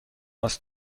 است